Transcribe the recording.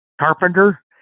Carpenter